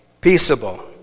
peaceable